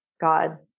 God